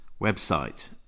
website